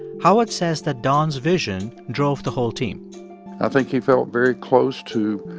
howard says that don's vision drove the whole team i think he felt very close to